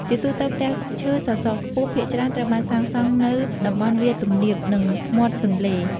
ជាទូទៅ ផ្ទះឈើសសរខ្ពស់ភាគច្រើនត្រូវបានសាងសង់នៅតំបន់វាលទំនាប និងមាត់ទន្លេ ។